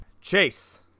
Chase